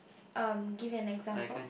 um give an example